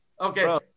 Okay